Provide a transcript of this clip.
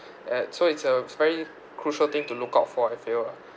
at so it's a it's very crucial thing to look out for I feel lah